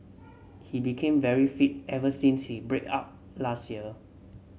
he became very fit ever since he break up last year